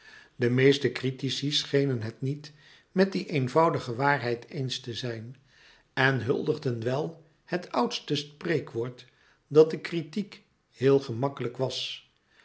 de meeste critici schenen het niet met die louis couperus metamorfoze eenvoudige waarheid eens te zijn en huldigden wel het oude spreekwoord dat de kritiek heel gemakkelijk was